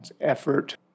effort